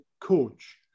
coach